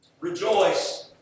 Rejoice